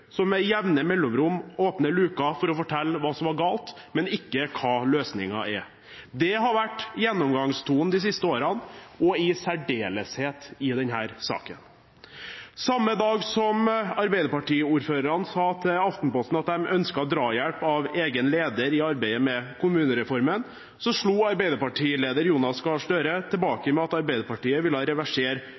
med jevne mellomrom åpner luken for å fortelle hva som er galt, men ikke hva løsningen er. Det har vært gjennomgangstonen de siste årene, og i særdeleshet i denne saken. Samme dag som Arbeiderparti-ordførerne sa til Aftenposten at de ønsket drahjelp av egen leder i arbeidet med kommunereformen, slo Arbeiderparti-leder Jonas Gahr Støre tilbake med at Arbeiderpartiet ville reversere